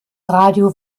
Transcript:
radio